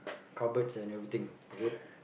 cupboards and everything is it